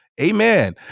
amen